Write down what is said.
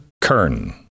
Kern